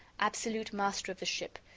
absolute master of the ship,